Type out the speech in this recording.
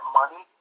money